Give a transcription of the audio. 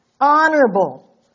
Honorable